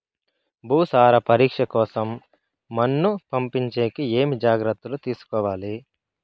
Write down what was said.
భూసార పరీక్ష కోసం మన్ను పంపించేకి ఏమి జాగ్రత్తలు తీసుకోవాలి?